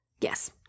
yes